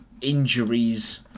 injuries